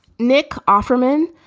nick offerman.